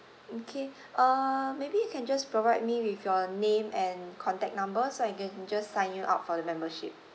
okay uh maybe you can just provide me with your name and contact number so I can just sign you up for the membership